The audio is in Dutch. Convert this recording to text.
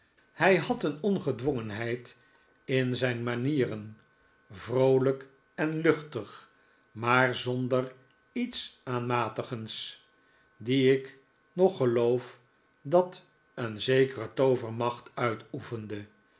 hij had een ongedwongenheid in zijn manieren vroolijk en luchtig maar zonder iets aanmatigends die ik nog geloof dat een zekere toovermacht uitoefende